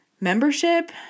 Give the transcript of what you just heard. membership